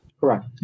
Correct